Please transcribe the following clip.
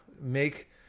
make